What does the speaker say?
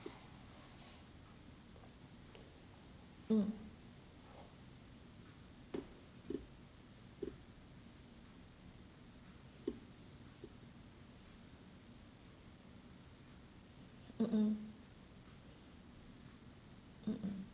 mm mm mm mm mm